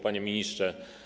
Panie Ministrze!